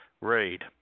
read